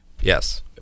Yes